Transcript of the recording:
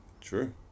true